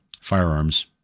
firearms